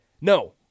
No